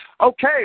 Okay